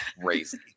crazy